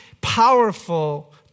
powerful